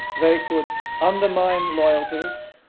they could undermine loyalties,